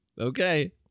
Okay